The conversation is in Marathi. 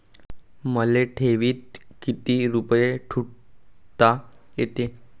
मले ठेवीत किती रुपये ठुता येते?